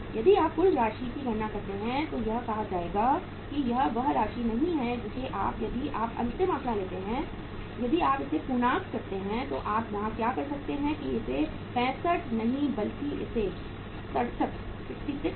यदि आप कुल राशि की गणना करते हैं तो यह कहा जाएगा कि यह वह राशि नहीं है जैसे कि यदि आप अंतिम आंकड़ा लेते हैं यदि आप इसे पूर्णांक करते हैं तो आप यहां क्या कर सकते हैं कि यह 65 नहीं है बल्कि यह 66 है